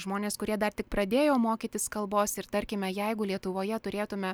žmonės kurie dar tik pradėjo mokytis kalbos ir tarkime jeigu lietuvoje turėtume